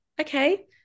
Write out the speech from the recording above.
okay